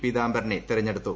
പീതാംബരനെ തെരഞ്ഞെടുത്തു